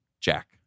Jack